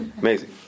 Amazing